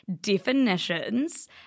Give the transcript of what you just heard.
definitions